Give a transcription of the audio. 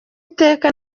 iteka